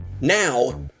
Now